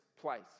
place